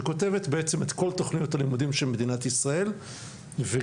שכותבת בעצם את כל תוכנית הלימודים של מדינת ישראל והאמת